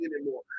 anymore